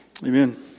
Amen